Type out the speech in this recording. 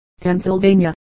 Pennsylvania